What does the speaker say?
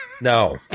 No